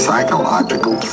psychological